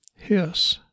hiss